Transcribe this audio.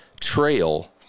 trail